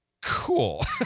cool